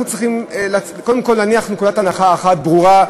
אנחנו צריכים לצאת מנקודת הנחה אחת ברורה,